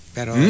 Pero